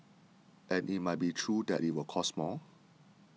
and it might be true that it will cost more